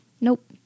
Nope